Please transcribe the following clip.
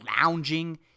lounging